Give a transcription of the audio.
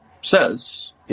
says